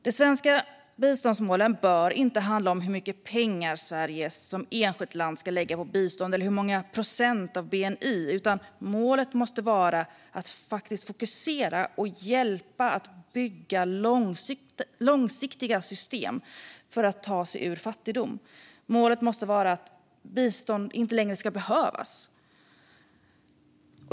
De svenska biståndsmålen bör inte handla om hur mycket pengar eller hur många procent av bni Sverige som enskilt land ska lägga på bistånd. Målet måste vara att faktiskt fokusera på att hjälpa andra att bygga långsiktiga system för att ta sig ur fattigdom. Målet måste vara att bistånd inte längre ska behövas.